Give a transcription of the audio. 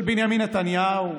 של בנימין נתניהו,